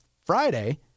Friday